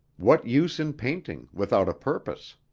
what use in painting without a purpose?